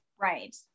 Right